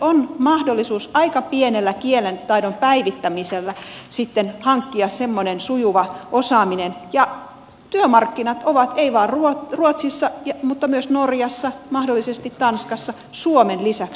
on mahdollisuus aika pienellä kielitaidon päivittämisellä sitten hankkia semmoinen sujuva osaaminen ja työmarkkinat ovat ei vain ruotsissa vaan myös norjassa mahdollisesti tanskassa suomen lisäksi